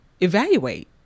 evaluate